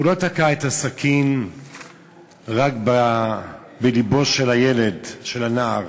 הוא לא תקע את הסכין רק בלבו של הילד, של הנער,